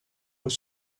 were